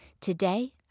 Today